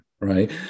right